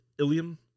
Ilium